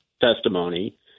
testimony